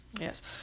Yes